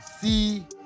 see